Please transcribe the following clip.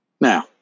Now